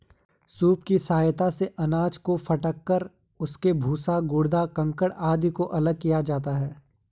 soup की सहायता से अनाज को फटक कर उसके भूसा, गर्दा, कंकड़ आदि को अलग किया जाता है